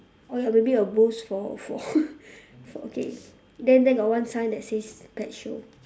oh ya got a bit of bush for for for okay then there got one sign that says pet show